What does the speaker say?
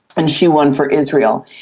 and she won for israel.